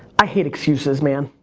i hate excuses man.